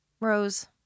Rose